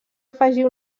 afegir